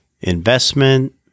investment